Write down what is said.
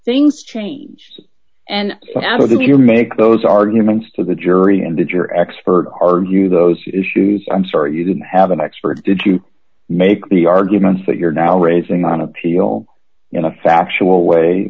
things changed and how do you make those arguments to the jury and did your expert argue those issues i'm sorry you didn't have an expert did you make the arguments that you're now raising on appeal in a factual way